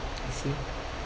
I see